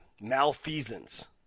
malfeasance